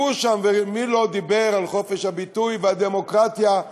ומי לא דיבר על חופש הביטוי והדמוקרטיה,